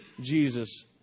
Jesus